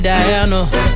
Diana